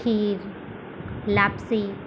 ખીર લાપસી